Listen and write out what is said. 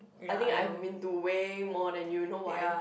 I think I have been to way where than you know why